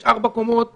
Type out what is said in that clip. יש ארבע קומות,